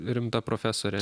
rimta profesorė